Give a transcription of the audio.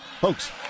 Folks